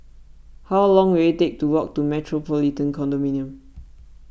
how long will it take to walk to the Metropolitan Condominium